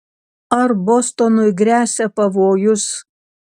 ar bostonui gresia pavojus